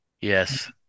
Yes